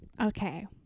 okay